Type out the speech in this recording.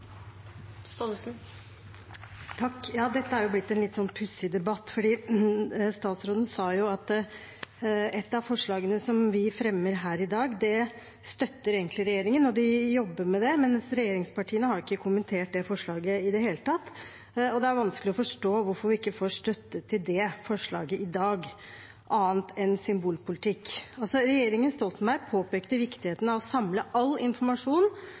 dag, og at de jobber med det, men regjeringspartiene har ikke kommentert det forslaget i det hele tatt. Det er vanskelig å forstå hvorfor vi ikke får støtte til forslaget i dag, annet enn at det er symbolpolitikk. Regjeringen Stoltenberg påpekte i en stortingsmelding våren 2012 viktigheten av å samle all informasjon